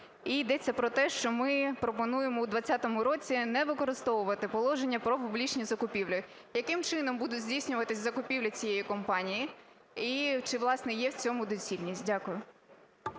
і йдеться про те, що ми пропонуємо у 20-му році не використовувати положення про публічні закупівлі. Яким чином будуть здійснюватись закупівлі цієї компанії і чи, власне, є в цьому доцільність? Дякую.